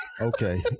Okay